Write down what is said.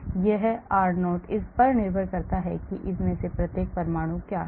अब यह r0 इस बात पर निर्भर करता है कि इनमें से प्रत्येक परमाणु क्या हैं